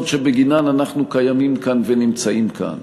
שבגינן אנחנו קיימים כאן ונמצאים כאן,